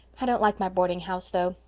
i don't like my boardinghouse, though.